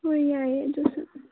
ꯍꯣꯏ ꯌꯥꯏꯌꯦ ꯑꯗꯨꯁꯨ